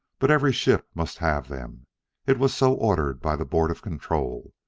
but every ship must have them it was so ordered by the board of control.